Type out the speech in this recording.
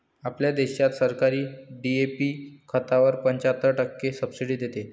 आपल्या देशात सरकार डी.ए.पी खतावर पंच्याहत्तर टक्के सब्सिडी देते